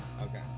Okay